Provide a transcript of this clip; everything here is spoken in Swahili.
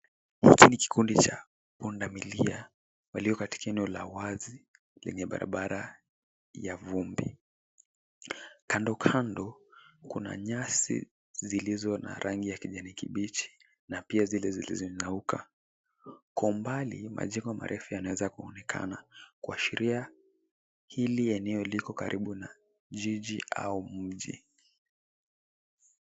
Hiki ni kikundi cha pundamilia walio katika eneo la wazi lenye barabara ya vumbi. Kando kando kuna nyasi za rangi ya kijani kibichi na pia zile zilizonyauka. Kwa mbali majengo marefu yanaweza kuonekana, kuashiria eneo hili liko karibu na jiji au mji.